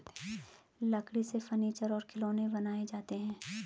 लकड़ी से फर्नीचर और खिलौनें बनाये जाते हैं